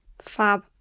fab